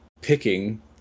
picking